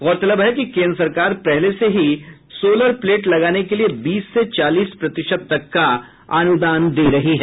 गौरतलब है कि केन्द्र सरकार पहले से ही सोलर प्लेट लगाने के लिए बीस से चालीस प्रतिशत तक का अनुदान दे रही है